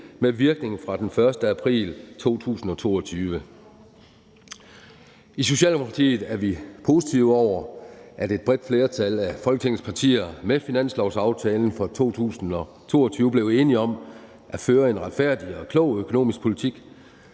med virkning fra den 1. april 2022. I Socialdemokratiet er vi positive over for den politik, som et bredt flertal af Folketingets partier med finanslovsaftalen for 2022 blev enige om at føre, nemlig en retfærdig og klog økonomisk politik